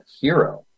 hero